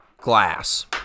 glass